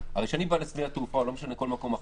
כשאני בא לשדה התעופה או לכל מקום אחר,